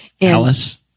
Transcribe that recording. ALICE